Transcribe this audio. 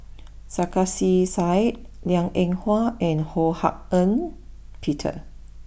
Sarkasi Said Liang Eng Hwa and Ho Hak Ean Peter